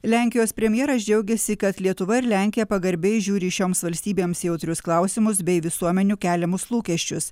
lenkijos premjeras džiaugiasi kad lietuva ir lenkija pagarbiai žiūri į šioms valstybėms jautrius klausimus bei visuomenių keliamus lūkesčius